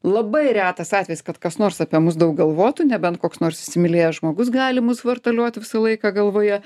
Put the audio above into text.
labai retas atvejis kad kas nors apie mus daug galvotų nebent koks nors įsimylėjęs žmogus gali mus vartalioti visą laiką galvoje